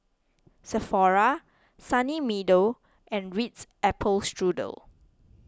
Sephora Sunny Meadow and Ritz Apple Strudel